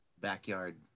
backyard